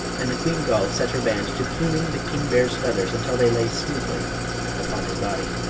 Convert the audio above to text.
and the queen gull set her band to pluming the king bear's feathers until they lay smoothly upon his body.